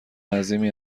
عظیمی